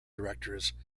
directors